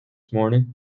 morning